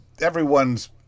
Everyone's